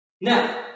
Now